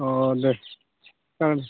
अ दे ओं